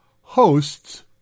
hosts